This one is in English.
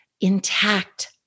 intact